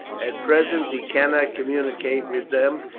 at present he cannot communicate with them,